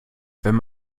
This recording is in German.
wenn